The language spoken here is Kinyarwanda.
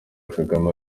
kagame